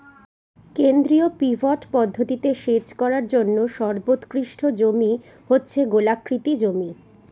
কেন্দ্রীয় পিভট পদ্ধতিতে সেচ করার জন্য সর্বোৎকৃষ্ট জমি হচ্ছে গোলাকৃতি জমি